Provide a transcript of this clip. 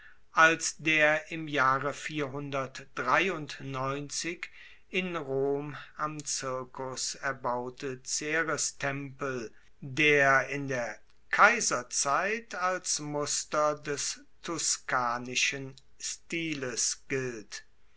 als der im jahre in rom am circus erbaute cerestempel der in der kaiserzeit als muster des tuscanischen stiles gilt